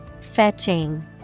fetching